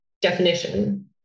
definition